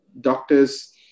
doctors